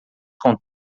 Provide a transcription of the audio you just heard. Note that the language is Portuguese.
com